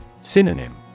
Synonym